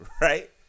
right